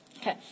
Okay